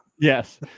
Yes